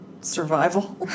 Survival